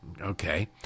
Okay